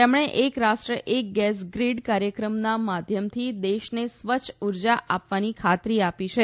તેમણે એક રાષ્ટ્ર એક ગેસ ગ્રીડ કાર્યક્રમનાં માધ્યમથી દેશને સ્વચ્છ ઉર્જા આપવાની ખાતરી આપી છે